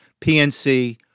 PNC